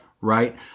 Right